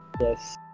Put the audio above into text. Yes